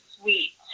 sweet